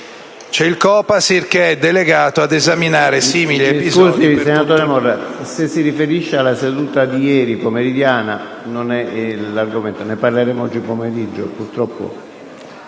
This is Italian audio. c'è il COPASIR che è delegato ad esaminare simili episodi»...